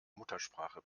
muttersprache